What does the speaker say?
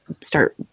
start